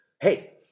Hey